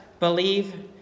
Believe